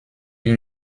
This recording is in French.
ils